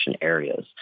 areas